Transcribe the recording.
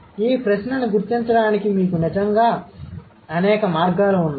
ఈ ప్రశ్నను గుర్తించడానికి మీకు నిజంగా అనేక మార్గాలు వున్నాయి